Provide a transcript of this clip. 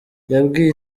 yabwiye